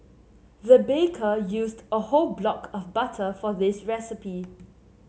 the baker used a whole block of butter for this recipe